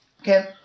Okay